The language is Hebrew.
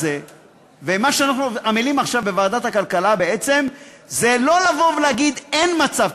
ומה שאנחנו עמלים עכשיו בוועדת הכלכלה בעצם זה לא לבוא ולהגיד: אין מצב.